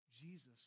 Jesus